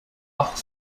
acht